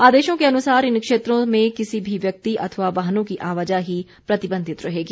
आदेशों के अनुसार इन क्षेत्रों में किसी भी व्यक्ति अथवा वाहनों की आवाजाही प्रतिबंधित रहेगी